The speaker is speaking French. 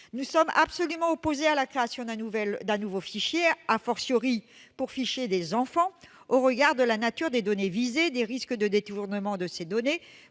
nous sommes absolument opposés à la création d'un nouveau fichier, pour des enfants. Au regard de la nature des données visées, des risques de détournement de ces données